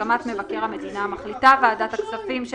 ובהסכמת מבקר המדינה מחליטה ועדת הכספים של